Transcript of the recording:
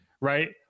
right